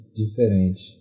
diferente